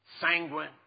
sanguine